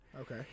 Okay